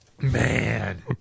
Man